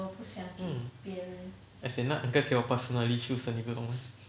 mm as in 那 uncle 给我 personally choose 的一个东西